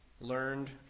learned